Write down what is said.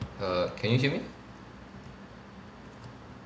err can you hear me